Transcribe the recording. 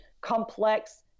complex